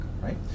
right